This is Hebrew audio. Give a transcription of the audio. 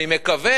אני מקווה